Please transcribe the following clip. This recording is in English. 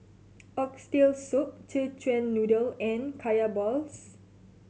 Oxtail Soup Szechuan Noodle and Kaya balls